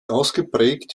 ausgeprägt